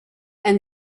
and